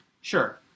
Sure